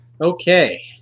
Okay